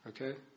okay